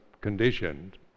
conditioned